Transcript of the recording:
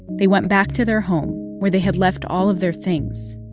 they went back to their home where they had left all of their things,